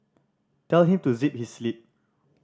tell him to zip his lip